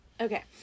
Okay